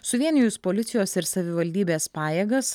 suvienijus policijos ir savivaldybės pajėgas